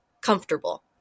comfortable